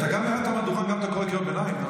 אתה גם ירדת מהדוכן וגם קורא קריאות ביניים?